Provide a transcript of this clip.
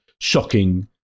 shocking